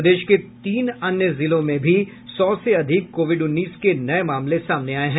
प्रदेश के तीन अन्य जिलों में भी सौ से अधिक कोविड उन्नीस के नये मामले सामने आये हैं